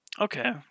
Okay